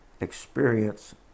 experience